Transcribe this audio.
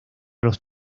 los